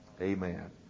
amen